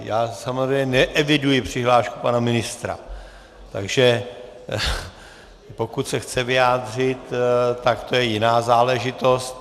Já samozřejmě neeviduji přihlášku pana ministra, takže pokud se chce vyjádřit, tak to je jiná záležitost.